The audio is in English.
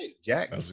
Jack